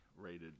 rated